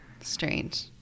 strange